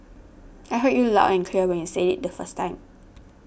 I heard you loud and clear when you said it the first time